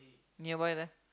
nearby lah